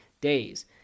days